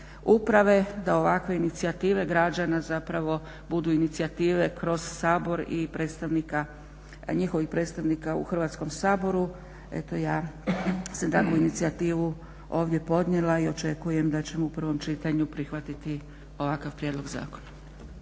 da ovakve inicijative građana zapravo budu inicijative kroz Sabor i njihovih predstavnika u Hrvatskom saboru. Eto ja sam takvu inicijativu ovdje podnijela i očekujem da ćemo u prvom čitanju prihvatiti ovakav prijedlog zakona.